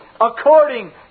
according